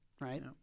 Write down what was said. right